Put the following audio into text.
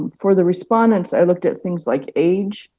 for the respondents, i looked at things like age,